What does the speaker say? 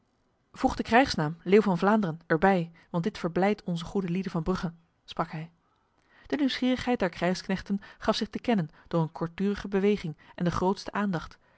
voeg de krijgsnaam leeuw van vlaanderen erbij want dit verblijdt onze goede lieden van brugge sprak hij de nieuwsgierigheid der krijgsknechten gaf zich te kennen door een kortdurige beweging en de grootste aandacht